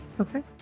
Okay